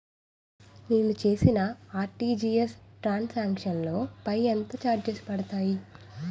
నేను చేసిన RTGS transaction లో పై ఎంత చార్జెస్ పడతాయి?